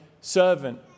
servant